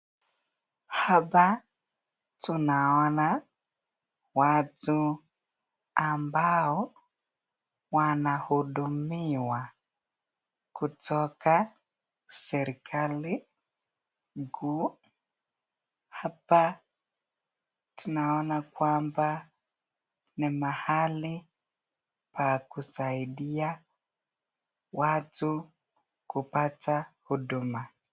Hapa tunaona watu ambao wanahudumiwa kutoka serikali mkuu. Hapa tunaona kwamba ni mahali pa kusaidia watu kupata huduma.